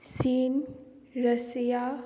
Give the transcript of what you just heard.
China Russia